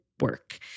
work